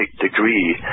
degree